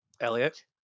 Elliot